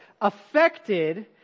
affected